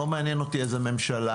לא מעניין אותי איזה ממשלה,